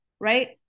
right